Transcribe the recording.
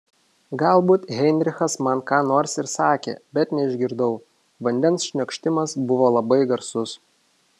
galbūt heinrichas man ką nors ir sakė bet neišgirdau vandens šniokštimas buvo labai garsus